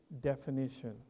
definition